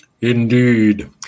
indeed